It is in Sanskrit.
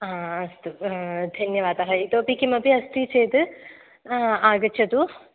अस्तु धन्यवादः इतोपि किमपि अस्ति चेत् आगच्छतु